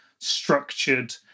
structured